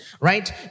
right